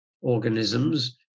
organisms